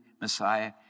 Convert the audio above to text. Messiah